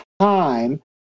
time